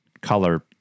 color